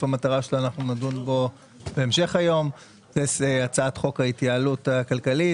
המטרה שלה נדון בהמשך היום - והצעת חוק ההתייעלות הכלכלית.